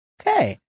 Okay